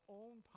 own